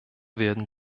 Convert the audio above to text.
werden